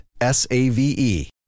S-A-V-E